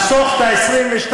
לחסוך את ה-22,